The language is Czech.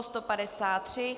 153.